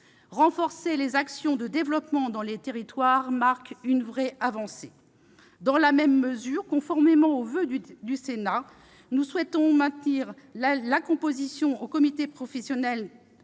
Renforcer les actions de développement dans les territoires marque une véritable avancée. Dans la même mesure, conformément au voeu du Sénat, nous souhaitons élargir la composition du conseil professionnel